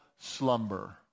slumber